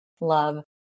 love